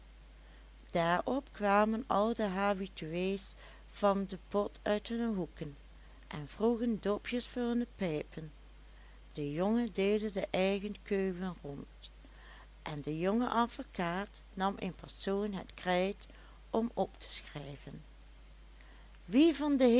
daarop kwamen al de habitués van den pot uit hunne hoeken en vroegen dopjes voor hunne pijpen de jongen deelde de eigen keuen rond en de jonge advocaat nam in persoon het krijt om op te schrijven wie van de